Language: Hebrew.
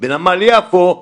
בנמל יפו,